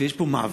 שיש בה מאבק